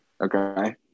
Okay